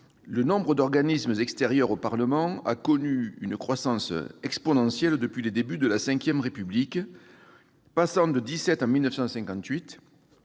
le nombre d'organismes extérieurs au Parlement a connu une croissance exponentielle depuis les débuts de la V République, passant de 17 en 1958